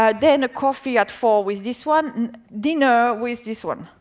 ah then a coffee at four with this one, dinner with this one.